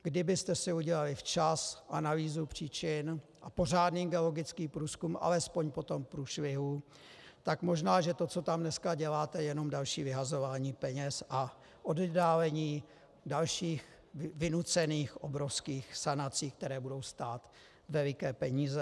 Kdybyste si udělali včas analýzu příčin a pořádný geologický průzkum alespoň po tom průšvihu, tak možná že to, co tam dneska děláte, je jenom další vyhazování peněz a oddálení dalších vynucených obrovských sanací, které budou stát veliké peníze.